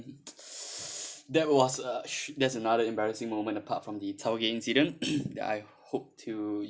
that was a sh~ there's another embarrassing moment apart from the tau gay incident that I hope to